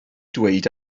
dweud